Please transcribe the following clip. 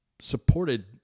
supported